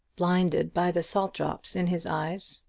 blinded by the salt drops in his eyes,